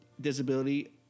disability